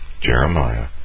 Jeremiah